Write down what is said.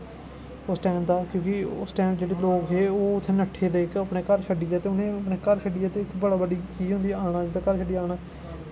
उस टाईम दा क्योंकि उस टाईम दा उत्थै लोग हे ओह् नट्ठे दे अपने घर छड्डियै ते उ'नें अपने घर छड्डियै बड़ी बड्डी चीज होंदा घर छड्डियै औना